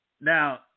Now